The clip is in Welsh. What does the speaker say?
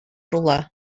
rhywle